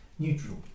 Neutral